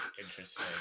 Interesting